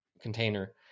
container